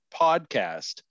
podcast